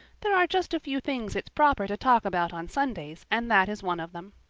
there are just a few things it's proper to talk about on sundays and that is one of them.